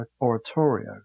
oratorio